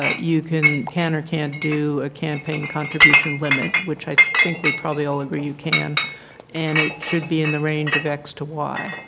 ah you can can or can't do a campaign contribution limit which i think we probably all agree you can and it should be in the range of x to y.